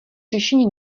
řešení